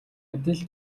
адил